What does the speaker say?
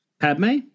Padme